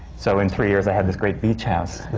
so in three years, i had this great beach house.